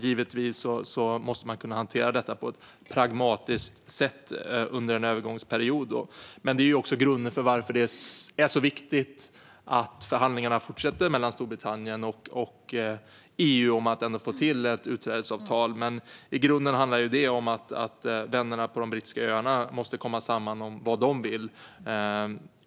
Givetvis måste man kunna hantera detta på ett pragmatiskt sätt under en övergångsperiod. Det är också grunden för varför det är så viktigt att förhandlingarna fortsätter mellan Storbritannien och EU om att få till ett utträdesavtal. I grunden handlar det om att vännerna på de brittiska öarna måste komma samman om vad de vill.